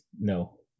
no